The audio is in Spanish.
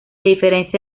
diferencia